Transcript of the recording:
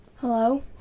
Hello